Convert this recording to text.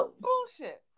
Bullshit